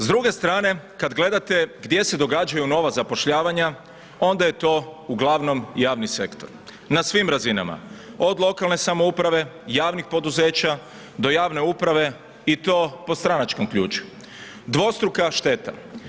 S druge strane, kada gledate, gdje se događaju nova zapošljavanja, onda je to ugl. javni sektor, na svim razinama, od lokalne samouprave, javnih poduzeća, do javne uprave, i to po stranačkom ključu, dvostruka šteta.